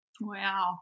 Wow